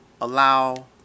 allow